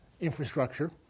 infrastructure